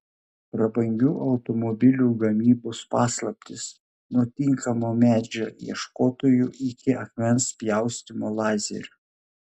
prabangių automobilių gamybos paslaptys nuo tinkamo medžio ieškotojų iki akmens pjaustymo lazeriu